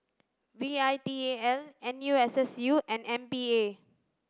V I T A L N U S S U and M P A